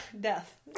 Death